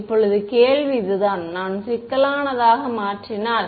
இப்போது கேள்வி இதுதான் நாம் ez யை சிக்கலானதாக மாற்றினால்